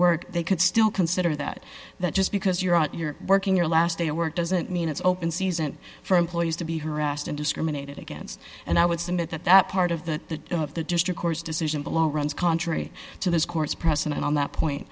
work they could still consider that that just because you're out you're working your last day of work doesn't mean it's open season for employees to be harassed and discriminated against and i would submit that that part of the of the district court's decision below runs contrary to this court's precedent on that point